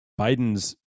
Biden's